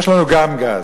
יש לנו גם גז.